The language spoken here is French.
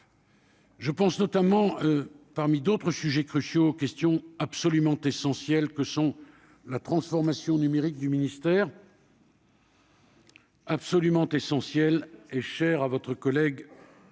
Je pense notamment, parmi d'autres sujets cruciaux questions absolument essentielles que sont la transformation numérique du ministère. Absolument essentiel est cher à votre collègue.